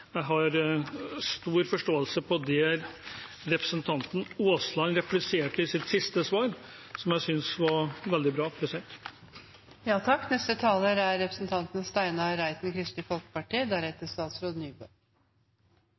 jeg har stor forståelse for det representanten Aasland repliserte i sitt siste svar, som jeg synes var veldig bra.